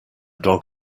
dog